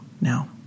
now